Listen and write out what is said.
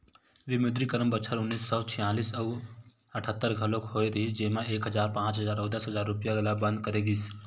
विमुद्रीकरन बछर उन्नीस सौ छियालिस अउ अठत्तर घलोक होय रिहिस जेमा एक हजार, पांच हजार अउ दस हजार रूपिया ल बंद करे गिस